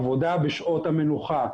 עבודה בשעות המנוחה.